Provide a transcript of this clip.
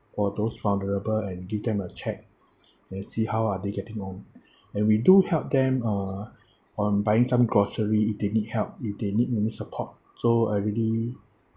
for those vulnerable and give them a check and see how are they getting on and we do help them uh on buying some grocery they need help if they need any support so I already